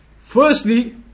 Firstly